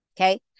Okay